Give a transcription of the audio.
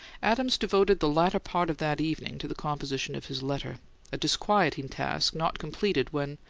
adams devoted the latter part of that evening to the composition of his letter a disquieting task not completed when,